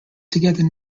together